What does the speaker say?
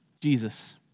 Jesus